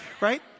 Right